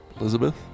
Elizabeth